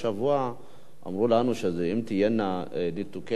אמרו לנו שאם יהיו ניתוקי חשמל יזומים,